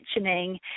mentioning